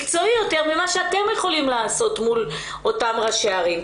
מקצועי יותר ממה שאתם יכולים לעשות מול אותם ראשי ערים.